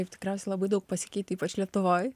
ir tikriausiai labai daug pasikeitė ypač lietuvoj